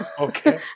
okay